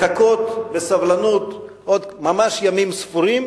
לחכות בסבלנות עוד ממש ימים ספורים,